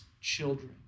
children